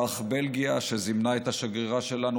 כך בלגיה שזימנה את השגרירה שלנו,